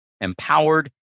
empowered